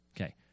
Okay